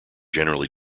generally